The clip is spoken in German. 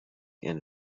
ihren